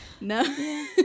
No